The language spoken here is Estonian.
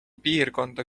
piirkonda